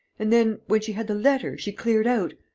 and then, when she had the letter, she cleared out.